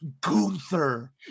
Gunther